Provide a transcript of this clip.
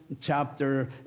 chapter